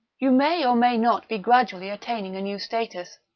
you may or may not be gradually attaining a new status,